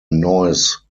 noise